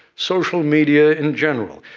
social media in general,